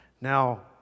Now